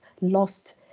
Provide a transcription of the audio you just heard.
lost